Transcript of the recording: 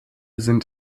sind